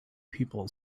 people